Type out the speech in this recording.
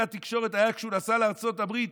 התקשורת היה כשהוא נסע לארצות הברית,